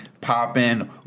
Popping